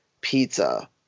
pizza